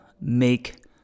make